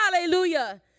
Hallelujah